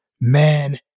man